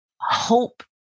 hope